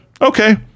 okay